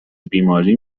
بیماری